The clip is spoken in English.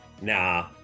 nah